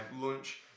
Lunch